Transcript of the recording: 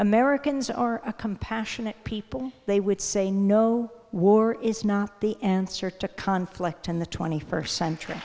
americans are a compassionate people they would say no war is not the answer to conflict in the twenty first century